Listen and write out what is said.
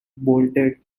bolted